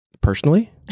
Personally